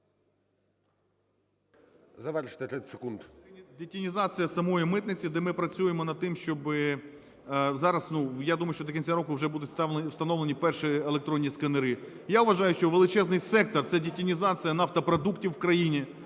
Детінізація самої митниці, де ми працюємо над тим, щоби зараз, я думаю, що до кінця року будуть встановлені перші електронні сканери. Я вважаю, що величезний сектор – це детінізація нафтопродуктів в країні.